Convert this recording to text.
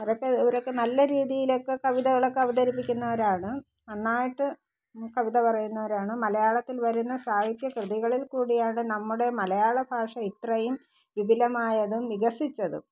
അതൊക്കെ ഇവരൊക്കെ നല്ല രീതിയിലൊക്കെ കവിതകളൊക്കെ അവതരിപ്പിക്കുന്നവരാണ് നന്നായിട്ട് കവിത പറയുന്നവരാണ് മലയാളത്തിൽ വരുന്ന സാഹിത്യ കൃതികളിൽകൂടിയാണ് നമ്മുടെ മലയാള ഭാഷ ഇത്രയും വിപിലമായതും വികസിച്ചതും